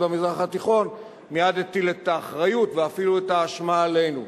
במזרח התיכון מייד הטיל את האחריות ואפילו את האשמה עלינו.